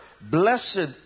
Blessed